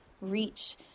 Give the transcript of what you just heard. reach